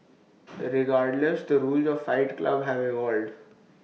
regardless the rules of fight club have evolved